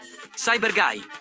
Cyberguy